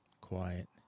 quiet